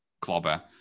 clobber